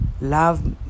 love